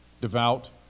devout